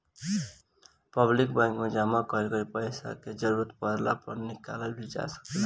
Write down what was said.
public banking में जामा कईल पइसा के जरूरत पड़े पर निकालल भी जा सकेला